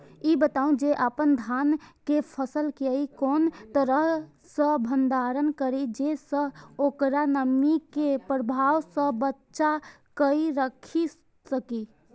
ई बताऊ जे अपन धान के फसल केय कोन तरह सं भंडारण करि जेय सं ओकरा नमी के प्रभाव सं बचा कय राखि सकी?